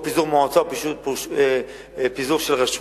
או פיזור מועצה או פיזור של רשות.